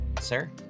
sir